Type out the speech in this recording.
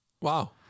Wow